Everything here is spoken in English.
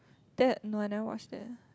that no I never watch that